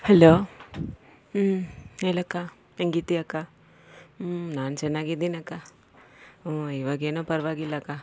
hello ಹ್ಞೂ ಏನಕ್ಕ ಹೆಂಗಿದ್ಯಾ ಅಕ್ಕ ಹ್ಞೂ ನಾನು ಚೆನ್ನಾಗಿದ್ದೀನಕ್ಕ ಹ್ಞೂ ಇವಾಗೇನೋ ಪರವಾಗಿಲ್ಲಕ್ಕ